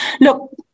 Look